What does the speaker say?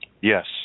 Yes